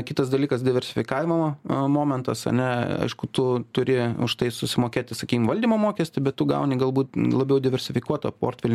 kitas dalykas diversifikavimo momentas ane aišku tu turi už tai susimokėti sakykim valdymo mokestį bet tu gauni galbūt labiau diversifikuotą portfelį